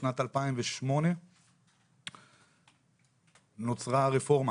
בשנת 2008 נוצרה הרפורמה,